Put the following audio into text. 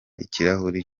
ikirahuri